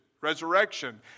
Resurrection